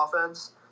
offense